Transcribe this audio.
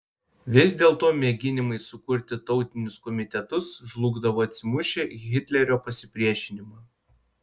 vis dėlto mėginimai sukurti tautinius komitetus žlugdavo atsimušę į hitlerio pasipriešinimą